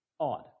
Odd